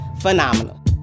phenomenal